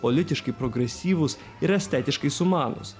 politiškai progresyvūs ir estetiškai sumanūs